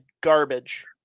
garbage